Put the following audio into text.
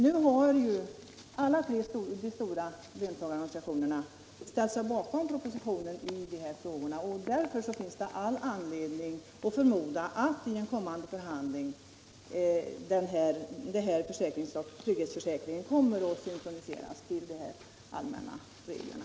Nu har de tre stora löntagarorganisationerna ställt sig bakom propositionens förslag i dessa frågor, och därför finns det all anledning att förmoda att i en kommande förhandling trygghetsförsäkringen kommer att synkroniseras med de allmänna skadeståndsreglerna.